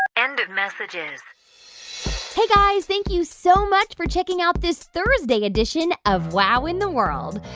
end of messages hey, guys. thank you so much for checking out this thursday edition of wow in the world.